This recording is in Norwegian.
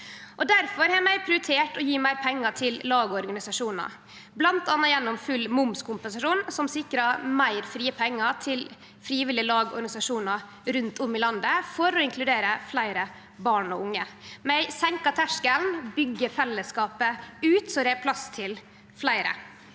Difor har vi prioritert å gje meir pengar til lag og organisasjonar, bl.a. gjennom full momskompensasjon. Det sikrar meir frie pengar til frivillige lag og organisasjonar rundt om i landet til å inkludere fleire barn og unge. Vi senkar terskelen og byggjer ut fellesskapet, slik at det er plass til fleire.